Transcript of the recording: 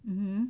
mmhmm